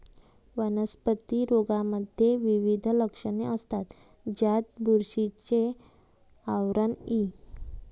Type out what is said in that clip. वनस्पती रोगांमध्ये विविध लक्षणे असतात, ज्यात बुरशीचे आवरण इ